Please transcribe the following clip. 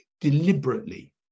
deliberately